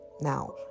Now